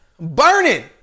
Burning